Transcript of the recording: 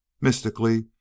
Mystically